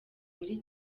muri